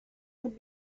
would